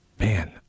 Man